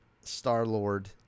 Star-Lord